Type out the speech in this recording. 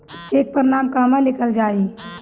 Check पर नाम कहवा लिखल जाइ?